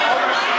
בבקשה.